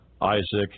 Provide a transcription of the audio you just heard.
Isaac